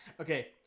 Okay